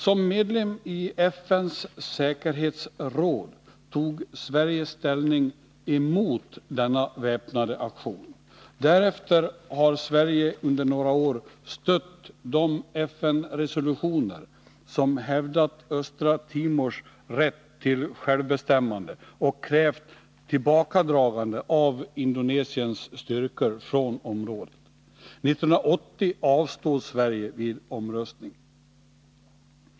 Som medlem i FN:s säkerhetsråd tog Sverige ställning emot denna väpnade aktion. Därefter har Sverige under några år stött de FN-resolutioner som hävdat Östra Timors rätt till självbestämmande och krävt tillbakadragande av Indonesiens styrkor från området. År 1980 avstod Sverige vid omröstningen.